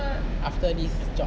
after this job